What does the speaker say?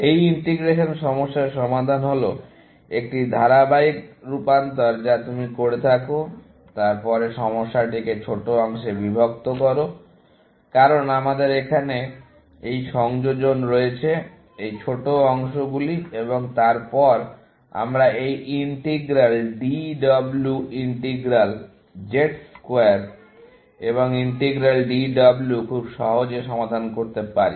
এই ইন্টিগ্রেশন সমস্যার সমাধান হল একটি ধারাবাহিক রূপান্তর যা তুমি করে থাকো তারপরে সমস্যাটিকে ছোট ছোট অংশে বিভক্ত করো কারণ আমাদের এখানে এই সংযোজন রয়েছে এই ছোট অংশগুলি এবং তারপর আমরা এই integral DW integral Z square এবং ইন্টিগ্রাল DW খুব সহজে সমাধান করতে পারি